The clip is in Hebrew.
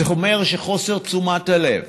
זה אומר שחוסר תשומת הלב